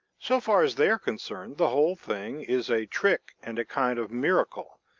so far as they are concerned, the whole thing is a trick and a kind of miracle.